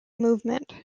movement